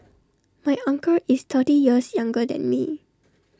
my uncle is thirty years younger than me